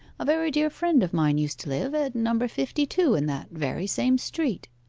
a very dear friend of mine used to live at number fifty-two in that very same street